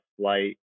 flight